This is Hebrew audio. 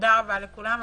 תודה רבה לכולם.